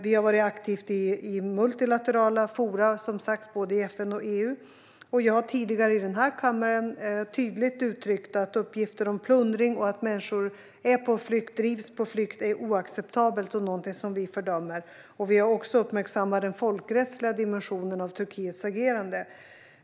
Vi har varit aktiva i multilaterala forum, som sagt, både i FN och i EU. Jag har också tidigare i denna kammare tydligt uttryckt att uppgifter om plundring och om att människor drivs på flykt och är på flykt är oacceptabla och något som vi fördömer. Vi har också uppmärksammat den folkrättsliga dimensionen av Turkiets agerande.